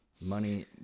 money